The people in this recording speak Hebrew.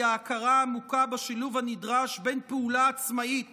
ההכרה העמוקה בשילוב הנדרש בין פעולה עצמאית